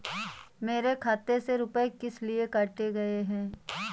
मेरे खाते से रुपय किस लिए काटे गए हैं?